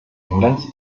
englands